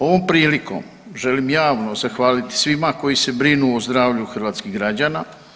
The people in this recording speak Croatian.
Ovom prilikom želim javno zahvaliti svima koji se brinu o zdravlju hrvatskih građana.